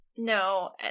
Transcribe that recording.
No